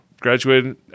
graduated